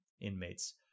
inmates